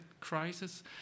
crisis